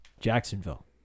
Jacksonville